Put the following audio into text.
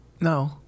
No